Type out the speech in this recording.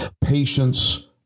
patience